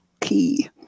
key